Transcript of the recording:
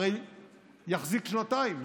הרי יחזיק שנתיים.